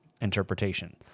interpretation